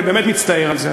אני באמת מצטער על זה.